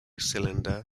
cylinder